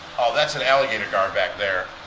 oh that's an alligator gar back there.